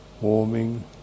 warming